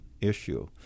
issue